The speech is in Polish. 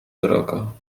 drogo